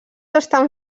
estan